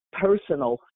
personal